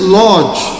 large